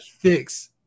fix